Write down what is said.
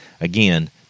again